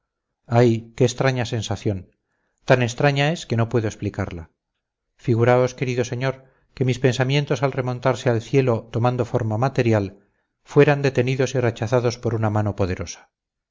ay qué extraña sensación tan extraña es que no puedo explicarla figuraos querido señor que mis pensamientos al remontarse al cielo tomando forma material fueran detenidos y rechazados por una mano poderosa